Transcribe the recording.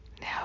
Now